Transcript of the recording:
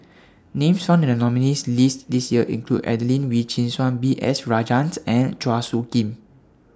Names found in The nominees' list This Year include Adelene Wee Chin Suan B S Rajhans and Chua Soo Khim